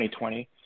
2020